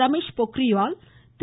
Ramesh Pokhriyal Thiru